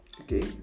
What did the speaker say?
okay